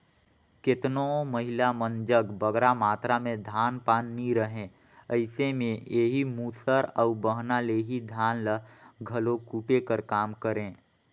केतनो महिला मन जग बगरा मातरा में धान पान नी रहें अइसे में एही मूसर अउ बहना ले ही धान ल घलो कूटे कर काम करें